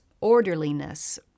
orderliness